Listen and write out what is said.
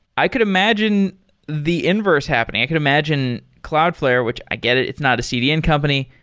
i could imagine the inverse happening. i could imagine cloudflare, which i get it, it's not a cdn company.